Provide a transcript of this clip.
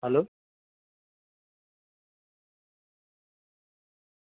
hello